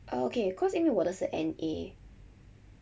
err okay cause 因为我的是 N_A